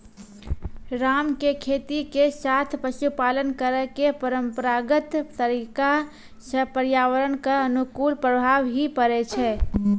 राम के खेती के साथॅ पशुपालन करै के परंपरागत तरीका स पर्यावरण कॅ अनुकूल प्रभाव हीं पड़ै छै